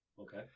Okay